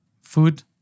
Food